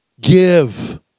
give